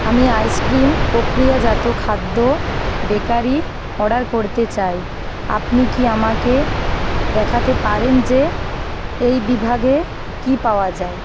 আমি আইসক্রিম প্রক্রিয়াজাত খাদ্য বেকারি অর্ডার করতে চাই আপনি কি আমাকে দেখাতে পারেন যে এই বিভাগে কী পাওয়া যায়